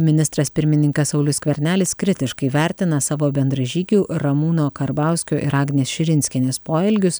ministras pirmininkas saulius skvernelis kritiškai vertina savo bendražygių ramūno karbauskio ir agnės širinskienės poelgius